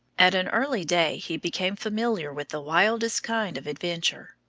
at an early day he became familiar with the wildest kind of adventure,